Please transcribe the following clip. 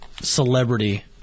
Celebrity